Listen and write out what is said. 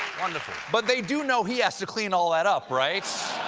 but they do know he has to clean all that up, right?